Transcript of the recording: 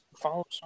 follow